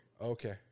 Okay